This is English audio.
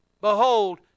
Behold